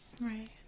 Right